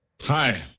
Hi